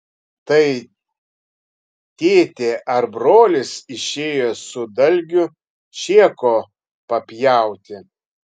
tai tėtė ar brolis išėjo su dalgiu šėko papjauti